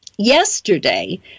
Yesterday